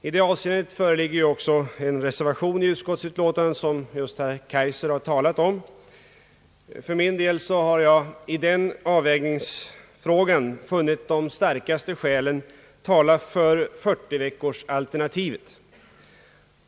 I det avseendet föreligger det också en reservation i utskottsutlåtandet, som herr Kaijser just har talat om. För min del har jag i den här avvägningsfrågan funnit de starkaste skälen tala för 40-veckorsalternativet.